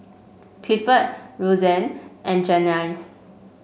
Clifford Rosanne and Janyce